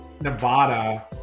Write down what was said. nevada